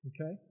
Okay